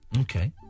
okay